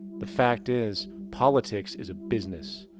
the fact is, politics is a business,